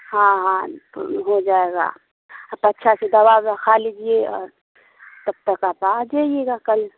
ہاں ہاں ہو جائے گا آپ اچھا سے دوا ووا کھا لیجیے تب تک آپ آ جائیے گا کل